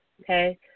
Okay